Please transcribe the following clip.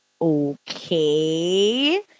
okay